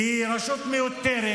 כי היא רשות מיותרת,